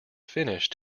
finish